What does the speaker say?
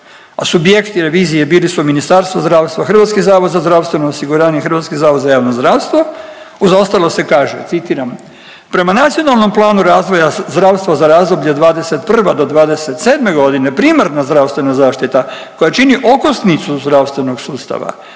subjekt revizije bili su Ministarstvo zdravstva, HZZO, HZJZ uz ostalo se kaže, citiram. Prema Nacionalnom planu razvoja zdravstva za razdoblje od '21. do '27. godine primarna zdravstvena zaštita koja čini okosnicu zdravstvenog sustava